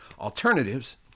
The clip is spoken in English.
alternatives